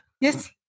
Yes